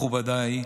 מכובדיי,